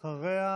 אחריה,